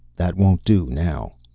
that won't do now,